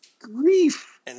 Grief